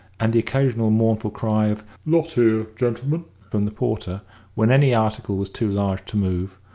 and the occasional mournful cry of lot here, gentlemen! from the porter when any article was too large to move,